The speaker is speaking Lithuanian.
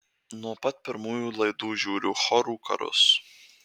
nuo pat pirmųjų laidų žiūriu chorų karus